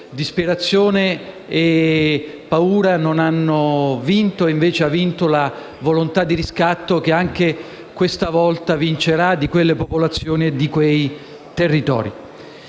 disperazione e paura non hanno vinto e, invece, ha vinto la volontà di riscatto, che anche questa volta vincerà, di quelle popolazioni e quei territori.